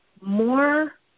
more